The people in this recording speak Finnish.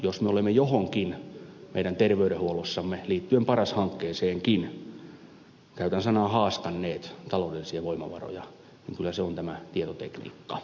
jos me olemme johonkin terveydenhuollossamme liittyen paras hankkeeseenkin haaskanneet käytän tätä sanaa taloudellisia voimavaroja niin kyllä se on tietotekniikka